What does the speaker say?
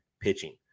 pitching